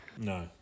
No